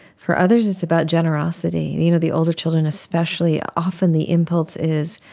for others it's about generosity. the you know the older children especially, often the impulse is,